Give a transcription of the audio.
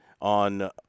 On